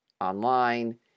online